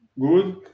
Good